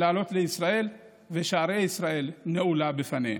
לעלות לישראל, ושערי ישראל נעולים בפניהם.